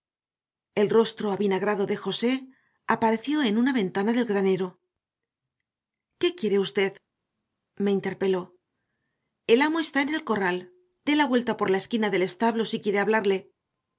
el rostro avinagrado de josé apareció en una ventana del granero qué quiere usted me interpeló el amo está en el corral dé la vuelta por la esquina del establo si quiere hablarle